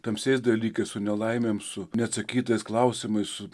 tamsiais dalykais su nelaimėm su neatsakytais klausimais su